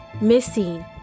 missing